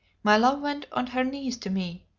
my love went on her knees to me,